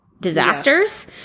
disasters